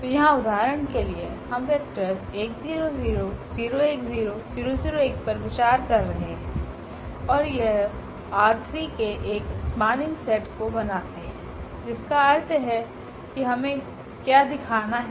तो यहाँ उदाहरण के लिए हम वेक्टर्स पर विचार कर रहे हैं और यह ℝ3के एक स्पनिंग सेट को बनाते है जिसका अर्थ है कि हमें क्या दिखाना है